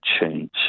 change